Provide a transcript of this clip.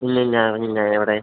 ഇല്ല ഞാന് അറിഞ്ഞില്ല എവിടെ